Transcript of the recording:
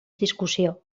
discussió